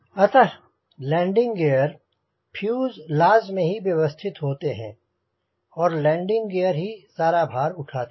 अतः landing gear fuselage में ही व्यवस्थित होते हैं और लैंडिंग गियर ही सारा भार उठाते हैं